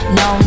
no